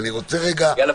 ואני רוצה רגע --- יאללה,